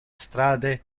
strade